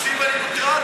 אני מקשיב ואני מוטרד,